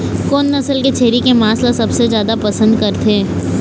कोन नसल के छेरी के मांस ला सबले जादा पसंद करथे?